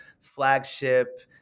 flagship